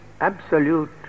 absolute